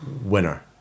Winner